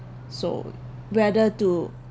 so whether to